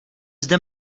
zde